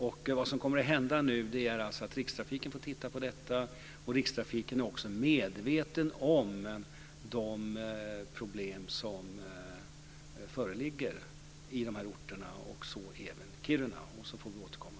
Det som nu kommer att hända är alltså att Rikstrafiken får titta på detta. Rikstrafiken är också medveten om de problem som föreligger i de här orterna, även i Kiruna. Sedan får vi återkomma.